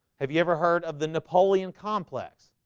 have you ever heard of the napoleon complex?